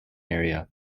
area